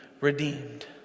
redeemed